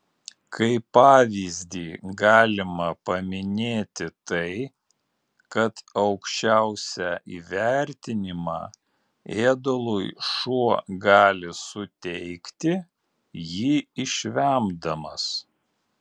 kaip pavyzdį galima paminėti tai kad aukščiausią įvertinimą ėdalui šuo gali suteikti jį išvemdamas